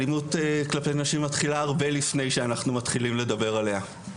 אלימות כלפי נשים מתחילה הרבה לפני שאנחנו מתחילים לדבר עליה.